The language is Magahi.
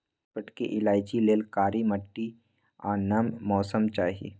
छोटकि इलाइचि लेल कारी माटि आ नम मौसम चाहि